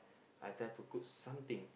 I try to cook something